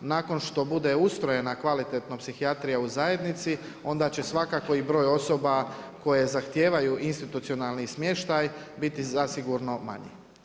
Nakon što bude ustrojena kvalitetno psihijatrija u zajednici onda će svakako i broj osoba koje zahtijevaju institucionalni smještaj biti zasigurno manji.